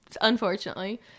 unfortunately